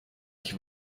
ich